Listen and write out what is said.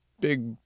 big